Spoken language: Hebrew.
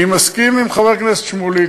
אני מסכים עם חבר הכנסת שמולי.